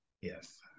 Yes